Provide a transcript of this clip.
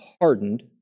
hardened